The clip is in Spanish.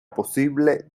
posible